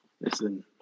Listen